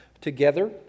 together